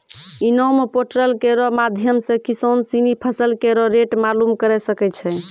इनाम पोर्टल केरो माध्यम सें किसान सिनी फसल केरो रेट मालूम करे सकै छै